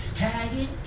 Tagging